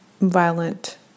violent